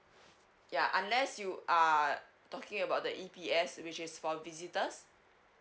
ya unless you are talking about the E_P_S which is for visitors